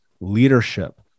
leadership